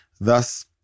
Thus